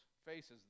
Faces